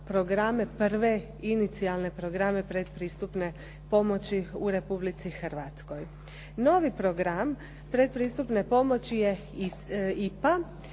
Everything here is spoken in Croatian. prve, inicijalne programe pretpristupne pomoći u Republici Hrvatskoj. Novi program pretpristupne pomoći je IPA